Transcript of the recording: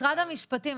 משרד המשפטים,